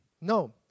No